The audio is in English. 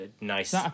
nice